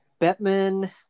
Bettman